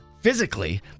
physically